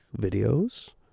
videos